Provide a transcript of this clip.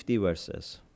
verses